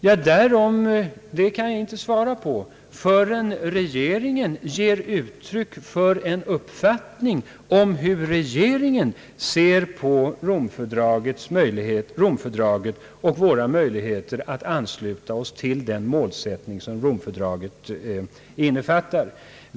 Ja, det kan man inte svara på, förrän regeringen ger uttryck för en uppfattning om hur regeringen ser på Romfördraget och våra möjligheter att ansluta oss till den målsättning som Romfördraget innefattar.